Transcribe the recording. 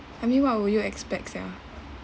I mean what would you expect sia